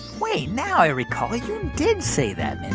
wait, now i recall. you did say that,